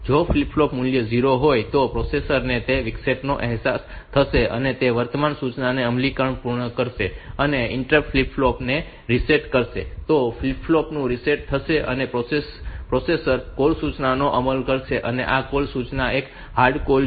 જો flip flop મૂલ્ય 0 હોય તો પ્રોસેસર ને તે વિક્ષેપનો અહેસાસ થશે અને તે વર્તમાન સૂચનાનું અમલીકરણ પૂર્ણ કરશે અને ઇન્ટરપ્ટ ફ્લિપ ફ્લોપ ને રીસેટ કરશે તો ફ્લિપ ફ્લોપ રીસેટ થશે અને પ્રોસેસર કોલ સૂચનાનો અમલ કરશે અને આ કોલ સૂચના એક હાર્ડ કૉલ છે